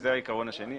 זה העיקרון השני.